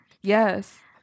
Yes